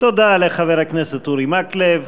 תודה לחבר הכנסת אורי מקלב.